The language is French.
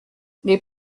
les